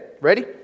ready